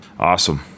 Awesome